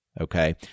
okay